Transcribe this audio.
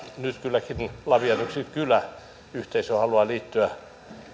nyt kylläkin yksi lavian kyläyhteisö haluaa liittyä